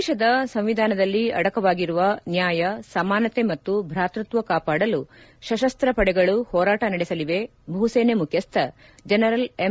ದೇಶದ ಸಂವಿಧಾನದಲ್ಲಿ ಅಡಕವಾಗಿರುವ ನ್ಯಾಯ ಸಮಾನತೆ ಮತ್ತು ಭ್ರಾತೃತ್ವ ಕಾಪಾಡಲು ಸಶಸ್ತ ಪಡೆಗಳು ಹೋರಾಟ ನಡೆಸಲಿವೆ ಭೂಸೇನೆ ಮುಖ್ಯಸ್ಥ ಜನರಲ್ ಎಂ